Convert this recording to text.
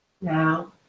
Now